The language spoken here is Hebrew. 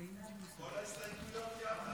נתחיל מההתחלה.